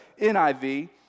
NIV